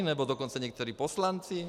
Nebo dokonce někteří poslanci?